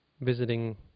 visiting